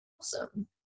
awesome